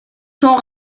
son